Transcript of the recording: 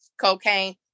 cocaine